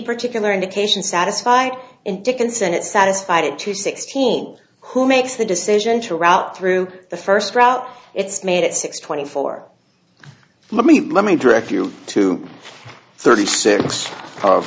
particular indication satisfy in dickenson it satisfied it to sixteen who makes the decision to route through the first route it's made at six twenty four let me let me direct you to thirty six of